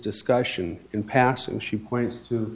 discussion in passing she points to